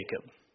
Jacob